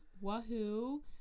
Wahoo